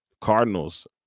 cardinals